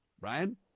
Brian